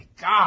God